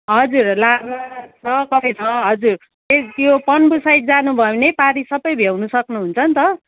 हजुर लाभा छ कफेर छ हजुर त्यो पन्बू साइड जानु भयो भने पारि सबै भ्याउनु सक्नुहुन्छ नि त